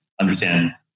understand